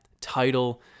title